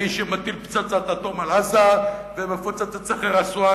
האיש שמטיל פצצת אטום על עזה ומפוצץ את סכר אסואן.